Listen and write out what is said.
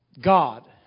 God